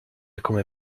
come